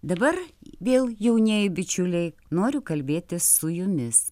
dabar vėl jaunieji bičiuliai noriu kalbėtis su jumis